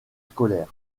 scolaires